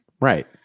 Right